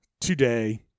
today